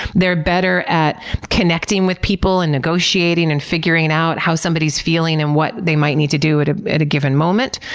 they're better at connecting with people, and negotiating, and figuring out how somebody is feeling, and what they might need to do at ah at a given moment.